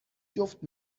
جفت